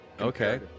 Okay